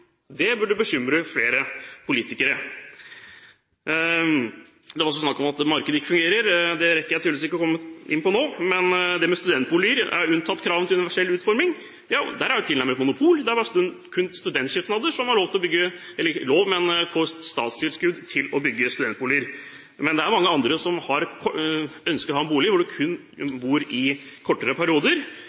Det burde bekymre flere politikere. Det var også snakk om at markedet ikke fungerer. Det rekker jeg tydeligvis ikke å komme inn på nå. Studentboliger er unntatt kravene til universell utforming. Der er det jo tilnærmet monopol – det er kun studentsamskipnader som får statstilskudd til å bygge studentboliger. Men det er mange andre som ønsker å ha en bolig hvor de kun bor i kortere perioder.